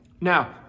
Now